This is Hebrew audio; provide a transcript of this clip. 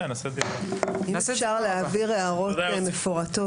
אם אפשר להעביר הערות מפורטות לוועדה,